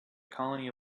colony